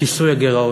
כיסוי הגירעון.